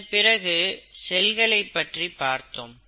இதன்பிறகு செல்களை பற்றி பார்த்தோம்